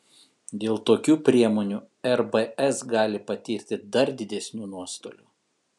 dėl tokių priemonių rbs gali patirti dar didesnių nuostolių